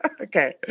Okay